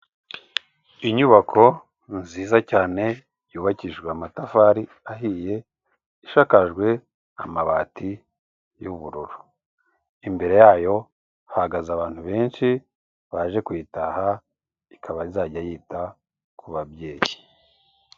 Inyubako nziza cyane yubakijwe amatafari ahiye, ishakajwe amabati y'ubururu, imbere yayo hahagaze abantu benshi, baje kuyitaha ikaba izajya yita ku babyeyi.